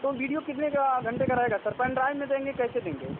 तो वीडियो कितने घंटे का रहेगा सर पेन ड्राइव में देंगे कैसे देंगे